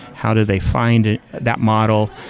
how do they find that model?